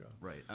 right